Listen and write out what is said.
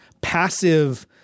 passive